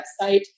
website